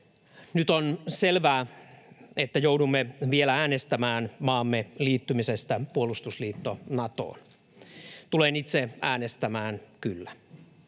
Nyt on selvää, että joudumme vielä äänestämään maamme liittymisestä puolustusliitto Natoon. Tulen itse äänestämään "kyllä",